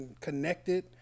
connected